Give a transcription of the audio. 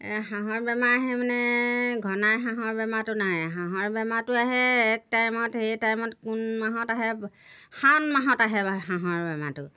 হাঁহৰ বেমাৰ আহে মানে ঘনাই হাঁহৰ বেমাৰটো নাহে হাঁহৰ বেমাৰটো আহে এক টাইমত সেই টাইমত কোন মাহত আহে শাওণ মাহত আহে হাঁহৰ বেমাৰটো